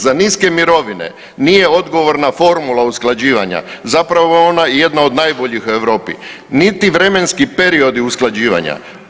Za niske mirovine nije odgovorna formula usklađivanja, zapravo je ona i jedna od najboljih u Europi, niti vremenski periodi usklađivanja.